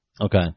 Okay